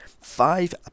five